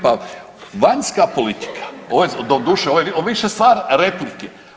Pa vanjska politika, doduše ovo je više stvar replike.